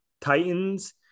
Titans